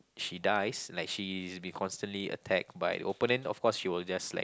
she dies like she's be constantly attacked by opponent of course she will just like